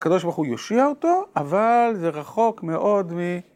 הקדוש ברוך הוא יושיע אותו, אבל זה רחוק מאוד מ...